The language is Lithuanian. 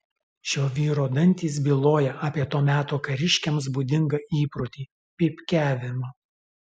šio vyro dantys byloja apie to meto kariškiams būdingą įprotį pypkiavimą